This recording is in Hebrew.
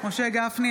משה גפני,